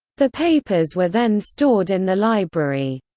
the papers were then stored in the library.